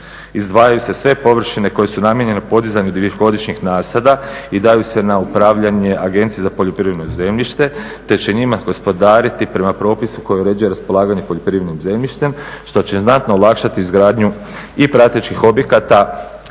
izdvajaju se sve površine koje su namijenjene podizanju dugogodišnjih nasada i daju se na upravljanje Agenciji za poljoprivredno zemljište te će njima gospodariti prema propisu koji uređuje raspolaganje poljoprivrednim zemljištem što će znatno olakšati izgradnju i pratećih objekata